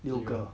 六个